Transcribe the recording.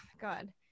God